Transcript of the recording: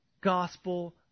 Gospel